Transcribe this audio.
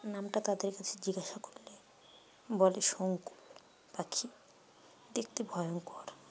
নামটা তাদের কাছে জিজ্ঞাসা করলে বলে শঙ্কুল পাখি দেখতে ভয়ঙ্কর